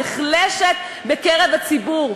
נחלשת בקרב הציבור.